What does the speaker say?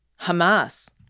Hamas